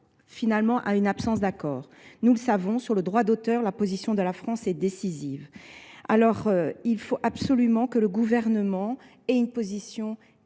finalement à une absence d'accord. Nous le savons, sur le droit d'auteur, la position de la France est décisive. Il faut absolument que le gouvernement ait une position